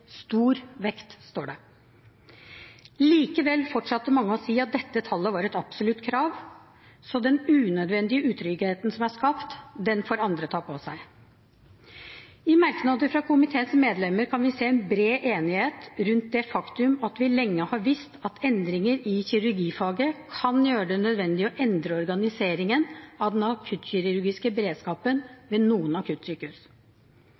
Likevel fortsatte mange å si at dette tallet var et absolutt krav. Så den unødvendige utryggheten som er skapt, får andre ta på seg. I merknader fra komiteens medlemmer kan vi se en bred enighet rundt det faktum at vi lenge har visst at endringer i kirurgifaget kan gjøre det nødvendig å endre organiseringen av den akuttkirurgiske